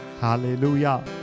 Hallelujah